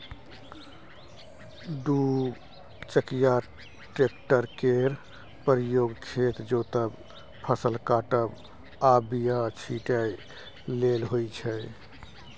दु चकिया टेक्टर केर प्रयोग खेत जोतब, फसल काटब आ बीया छिटय लेल होइ छै